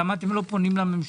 למה אתם לא פונים לממשלה?